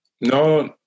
no